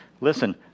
Listen